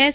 S